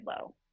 low